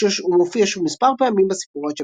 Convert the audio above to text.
הוא מופיע שוב מספר פעמים בסיפור עד